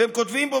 והם כותבים בו,